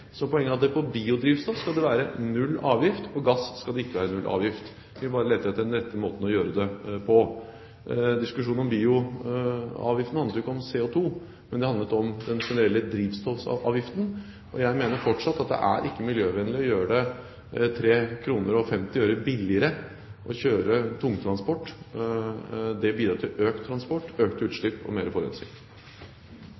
Poenget er at det på biodrivstoff skal være null avgift, på gass skal det ikke være null avgift. Vi bare leter etter den rette måten å gjøre det på. Diskusjonen om bioavgiften handlet ikke om CO2, men den handlet om den generelle drivstoffavgiften. Jeg mener fortsatt at det ikke er miljøvennlig å gjøre det kr 3,50 billigere å kjøre tungtransport. Det bidrar til økt transport, økte